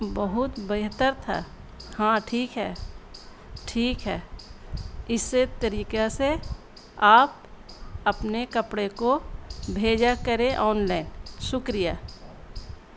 بہت بہتر تھا ہاں ٹھیک ہے ٹھیک ہے اسے طریقے سے آپ اپنے کپڑے کو بھیجا کریں آنلائن شکریہ